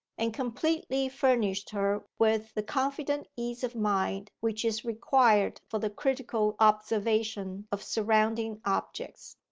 and completely furnished her with the confident ease of mind which is required for the critical observation of surrounding objects.